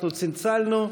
אנחנו צלצלנו,